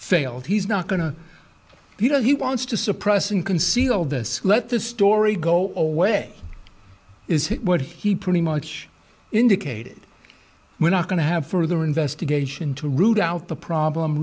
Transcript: failed he's not going to you know he wants to suppress and conceal this let this story go away is what he pretty much indicated we're not going to have further investigation to root out the problem